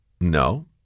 No